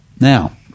Now